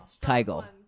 tiger